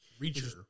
Reacher